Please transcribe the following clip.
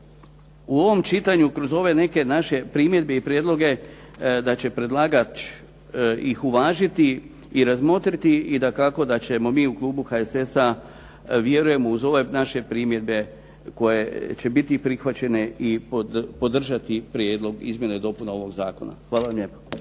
u ovom čitanju kroz ove neke naše primjedbe i prijedloge da će predlagač ih uvažiti i razmotriti i dakako da ćemo mi u klubu HSS-a vjerujemo uz ove naše primjedbe koje će biti prihvaćene i podržati prijedlog izmjena i dopuna ovog zakona. Hvala vam lijepo.